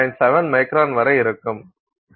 7 micron வரை இருக்கும்